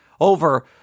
over